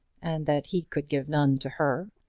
and that he could give none to her.